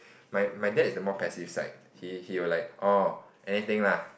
my my dad is the more passive side he he will like orh anything lah